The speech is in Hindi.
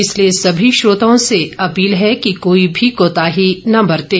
इसलिए सभी श्रोताओं से अपील है कि कोई भी कोताही न बरतें